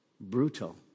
Brutal